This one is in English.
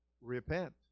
repent